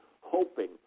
Hoping